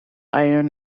iron